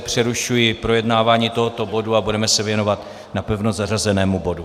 Přerušuji projednávání tohoto bodu a budeme se věnovat napevno zařazenému bodu.